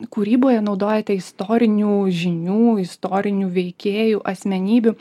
kūryboje naudojate istorinių žinių istorinių veikėjų asmenybių